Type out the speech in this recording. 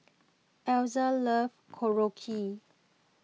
Elza love Korokke